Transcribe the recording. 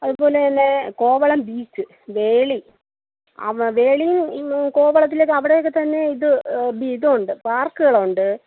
അതുപോലതന്നെ കോവളം ബീച്ച് വേളി വേളി കോവളത്തിലെ അവിടെയൊക്കെത്തന്നെ ഇത് ഇതുണ്ട് പാർക്കുകളുണ്ട്